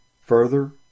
Further